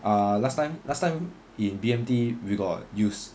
ah last time last time in B_M_T we got use